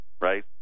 right